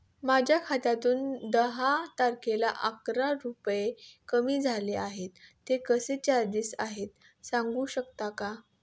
माझ्या खात्यातून दहा तारखेला अकरा रुपये कमी झाले आहेत ते कसले चार्जेस आहेत सांगू शकता का?